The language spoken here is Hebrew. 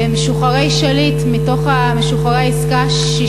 ומשוחררי שליט, מתוך משוחררי העסקה 60